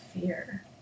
fear